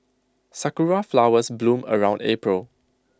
Sakura Flowers bloom around April